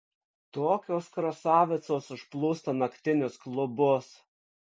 tokios krasavicos užplūsta naktinius klubus